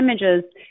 images